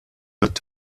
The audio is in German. wird